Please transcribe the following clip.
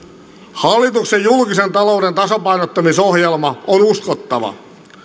hallituksen julkisen talouden tasapainottamisohjelma on uskottava